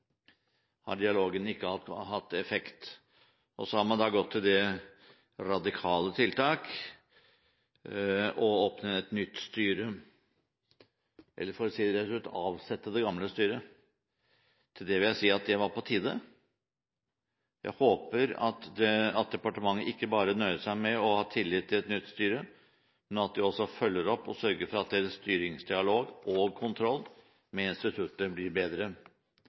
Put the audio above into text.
altså dialogen ikke hatt effekt, og så har man gjort det radikale tiltak å oppnevne et nytt styre, eller for å si det rett ut: avsette det gamle styret. Til det vil jeg si at det var på tide. Jeg håper at departementet ikke bare nøyer seg med å ha tillit til et nytt styre, men at de også følger opp og sørger for at deres styringsdialog og kontroll med instituttet blir bedre.